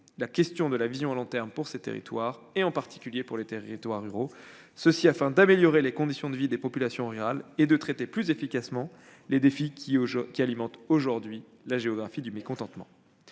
la question de la vision à long terme pour ces territoires, en particulier pour les territoires ruraux, afin d'améliorer les conditions de vie des populations rurales et de traiter plus efficacement les défis qui alimentent aujourd'hui la géographie du mécontentement.